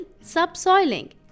subsoiling